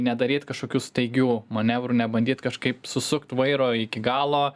nedaryt kažkokių staigių manevrų nebandyt kažkaip susukt vairo iki galo